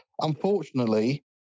unfortunately